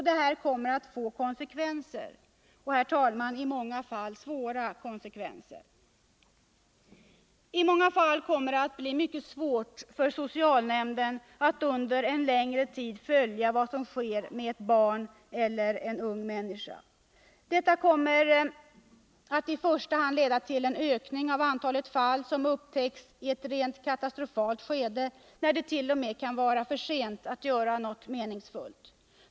Detta kommer att få konsekvenser, i många fall, herr talman, svåra konsekvenser. Många gånger kommer det att bli mycket svårt för socialnämnden att under längre tid följa vad som sker med ett barn eller en ung människa. Detta kommer för det första att leda till en ökning av antalet fall som upptäcks i ett rent katastrofalt skede, när det t.o.m. kan vara för sent att göra något meningsfullt.